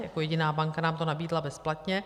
Jako jediná banka nám to nabídla bezplatně.